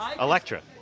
Electra